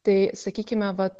tai sakykime vat